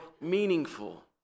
meaningful